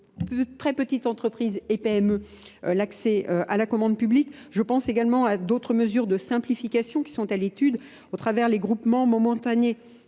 très petites entreprises et PME, l'accès à la commande publique. Je pense également à d'autres mesures de simplification qui sont à l'étude au travers les groupements momentanés